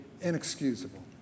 inexcusable